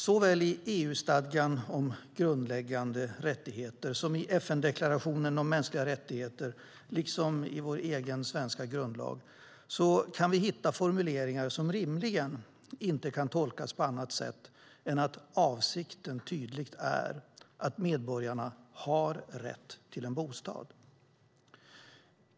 Såväl i EU-stadgan om grundläggande rättigheter som i FN-deklarationen om de mänskliga rättigheterna liksom i vår svenska grundlag kan vi hitta formuleringar som rimligen inte kan tolkas på annat sätt än att avsikten är att medborgarna har rätt till en bostad.